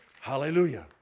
Hallelujah